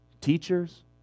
teachers